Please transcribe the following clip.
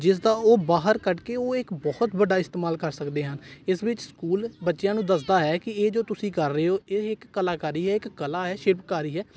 ਜਿਸ ਦਾ ਉਹ ਬਾਹਰ ਕੱਢ ਕੇ ਉਹ ਇਕ ਬਹੁਤ ਵੱਡਾ ਇਸਤੇਮਾਲ ਕਰ ਸਕਦੇ ਹਨ ਇਸ ਵਿੱਚ ਸਕੂਲ ਬੱਚਿਆਂ ਨੂੰ ਦੱਸਦਾ ਹੈ ਕਿ ਇਹ ਜੋ ਤੁਸੀਂ ਕਰ ਰਹੇ ਹੋ ਇਹ ਇੱਕ ਕਲਾਕਾਰੀ ਹੈ ਇੱਕ ਕਲਾ ਹੈ ਸ਼ਿਲਪਕਾਰੀ ਹੈ